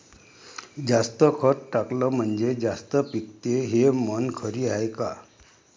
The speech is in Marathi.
जास्त खत टाकलं म्हनजे जास्त पिकते हे म्हन खरी हाये का?